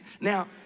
Now